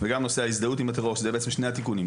וגם נושא ההזדהות עם הטרור שזה בעצם שני התיקונים.